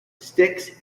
sticks